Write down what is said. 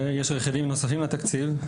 ויש רכיבים נוספים לתקציב.